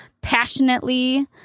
passionately